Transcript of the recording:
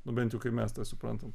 nu bent jau kai mes tą suprantam